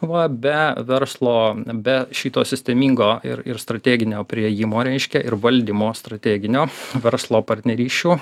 va be verslo be šito sistemingo ir ir strateginio priėjimo reiškia ir valdymo strateginio verslo partnerysčių